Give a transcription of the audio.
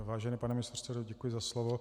Vážený pane místopředsedo, děkuji za slovo.